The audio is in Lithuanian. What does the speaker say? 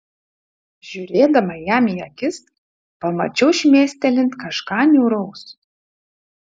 žiūrėdama jam į akis pamačiau šmėstelint kažką niūraus